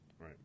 Right